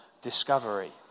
discovery